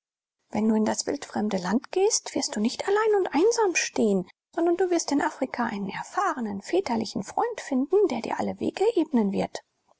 wenn du in das wildfremde land gehst wirst du nicht allein und einsam stehen sondern du wirst in afrika einen erfahrenen väterlichen freund finden der dir alle wege ebnen wird